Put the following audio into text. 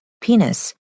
penis